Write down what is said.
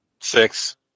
Six